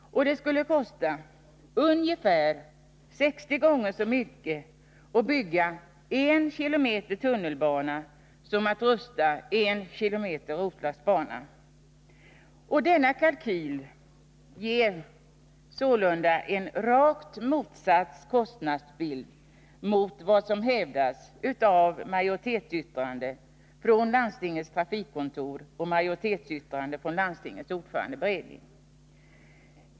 Det skulle kosta ungefär 60 gånger så mycket att bygga 1 km tunnelbana som att rusta upp 1 km Roslagsbana. Denna kalkyl ger sålunda en rakt motsatt kostnadsbild mot vad som hävdas av majoritetsyttrande från landstingets trafikkontor och majoritetsyttrande från landstingets ordförandeberedning.